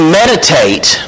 meditate